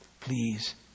please